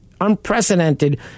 unprecedented